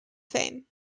fame